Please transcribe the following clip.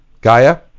Gaia